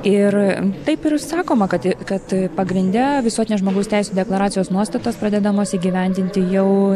ir taip ir sakoma kad kad pagrinde visuotinės žmogaus teisių deklaracijos nuostatos pradedamos įgyvendinti jau